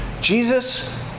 Jesus